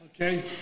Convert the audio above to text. okay